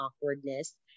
awkwardness